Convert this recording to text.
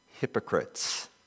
hypocrites